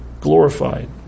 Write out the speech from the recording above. glorified